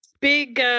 Big